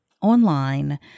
online